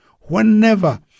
Whenever